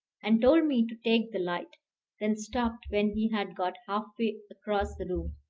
and told me to take the light then stopped when he had got half-way across the room.